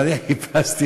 אני חיפשתי,